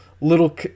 little